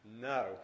no